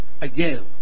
again